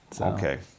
Okay